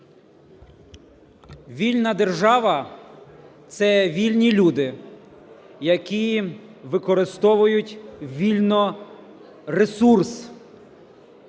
Вільна держава – це вільні люди, які використовують вільно ресурс